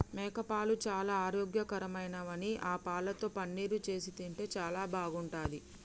మేకపాలు చాలా ఆరోగ్యకరమైనవి ఆ పాలతో పన్నీరు చేసి తింటే చాలా బాగుంటది